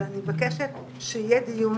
אבל אני מבקשת שיהיה דיון